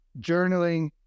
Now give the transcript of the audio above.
journaling